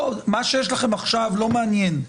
מה שיש לכם עכשיו לא מעניין.